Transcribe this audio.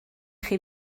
chi